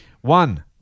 One